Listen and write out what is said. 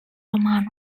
romano